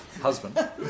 Husband